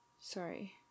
sorry